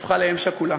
תהפוך לאם שכולה.